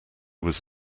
was